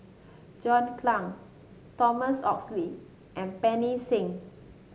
John Clang Thomas Oxley and Pancy Seng